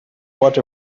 what